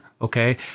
okay